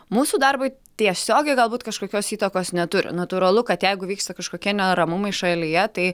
mūsų darbui tiesiogiai galbūt kažkokios įtakos neturi natūralu kad jeigu vyksta kažkokie neramumai šalyje tai